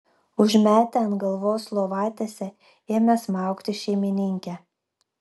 užmetę ant galvos lovatiesę ėmė smaugti šeimininkę